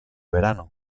verano